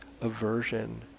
aversion